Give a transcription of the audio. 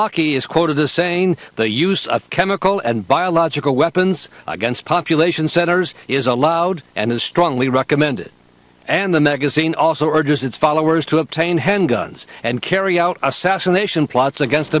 lucky is quoted as saying the use of chemical and biological weapons against population centers is allowed and is strongly recommended and the magazine also urges its followers to obtain handguns and carry out assassination plots against